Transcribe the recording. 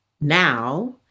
now